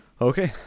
Okay